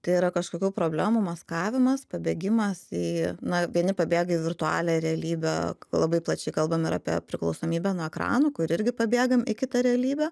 tai yra kažkokių problemų maskavimas pabėgimas į na vieni pabėga į virtualią realybę labai plačiai kalbam ir apie priklausomybę nuo ekranų irgi pabėgam į kitą realybę